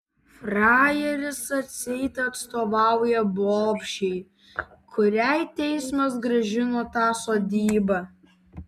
frajeris atseit atstovauja bobšei kuriai teismas grąžino tą sodybą